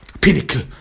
pinnacle